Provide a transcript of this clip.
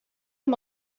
amb